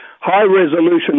high-resolution